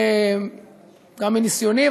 גם מניסיוני,